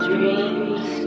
Dreams